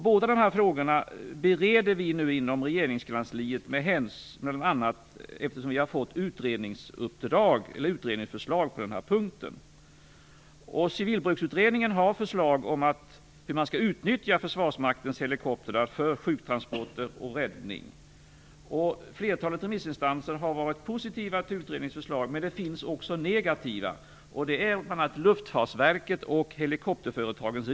Vi bereder nu inom regeringskansliet båda de här frågorna, eftersom vi har fått ett utredningsförslag på den här punkten. Civilbruksutredningen har lagt fram förslag om hur Försvarsmaktens helikoptrar skall utnyttjas för sjuktransporter och räddning. Flertalet remissinstanser har varit positiva till utredningens förslag, men det finns också de som är negativa, bl.a.